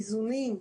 איזונים.